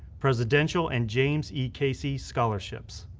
presidential and james e. casey scholarships.